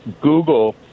Google